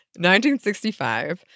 1965